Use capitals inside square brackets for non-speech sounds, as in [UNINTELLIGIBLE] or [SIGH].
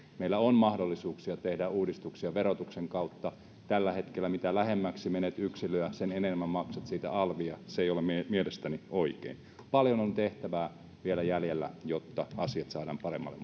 meillä on mahdollisuuksia tehdä uudistuksia verotuksen kautta tällä hetkellä mitä lähemmäksi menet yksilöä sen enemmän maksat siitä alvia se ei ole mielestäni oikein paljon on tehtävää vielä jäljellä jotta asiat saadaan paremmalle [UNINTELLIGIBLE]